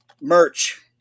merch